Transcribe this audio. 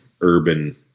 urban